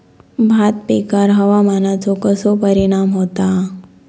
भात पिकांर हवामानाचो कसो परिणाम होता?